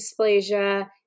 Dysplasia